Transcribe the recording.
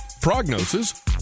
prognosis